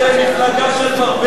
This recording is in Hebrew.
אתם מפלגה של ברברת.